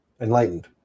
enlightened